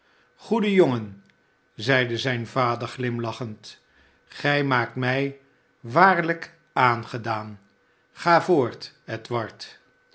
goede jongen zeide zijn vader glimlachend gij maakt mij waarlijk aangedaan ga voort